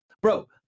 Bro